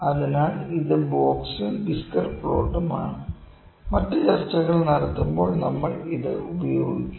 അതിനാൽ ഇത് ബോക്സും വിസ്കർ പ്ലോട്ടും ആണ് മറ്റ് ചർച്ചകൾ നടത്തുമ്പോൾ നമ്മൾ ഇത് ഉപയോഗിക്കും